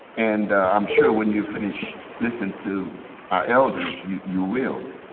and i'm sure when you finish listening to our elders, you you will.